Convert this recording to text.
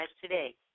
today